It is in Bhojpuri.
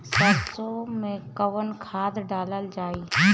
सरसो मैं कवन खाद डालल जाई?